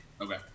Okay